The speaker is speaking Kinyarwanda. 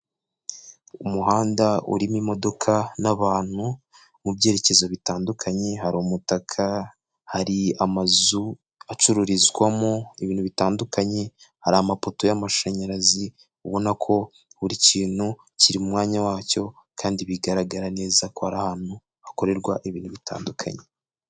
Umuhanda urimo imodoka n'abantu mu byerekezo bitandukanye, hari umutaka, hari amazu acururizwamo ibintu bitandukanye, hari amapoto y'amashanyarazi, ubona ko buri kintu kiri mu mwanya wacyo, kandi bigaragara neza ko ari ahantu hakorerwa ibintu bitandukanye.